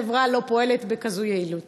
החברה לא פועלת בכזאת יעילות.